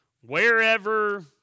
wherever